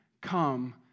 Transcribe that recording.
come